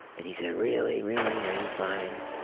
and he said really, really are you fine?